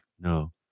No